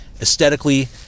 aesthetically